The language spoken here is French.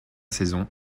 saison